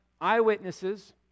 eyewitnesses